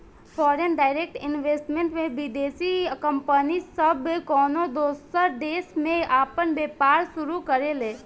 foreign direct investment में विदेशी company सब कउनो दूसर देश में आपन व्यापार शुरू करेले